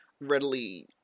readily